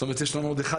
יש לנו עוד 11